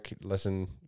listen